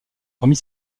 remit